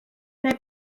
neu